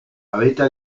habita